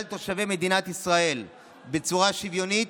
תושבי מדינת ישראל בצורה שוויונית,